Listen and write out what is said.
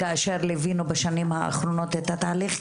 כאשר ליווינו בשנים האחרונות את התהליך,